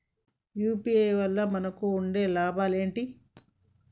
UPI వల్ల మనకు ఉండే లాభాలు ఏంటి?